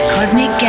Cosmic